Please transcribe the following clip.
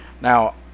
Now